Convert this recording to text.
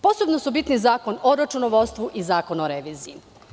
Posebno su bitni Zakon o računovodstvu i Zakon o reviziji.